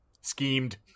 Schemed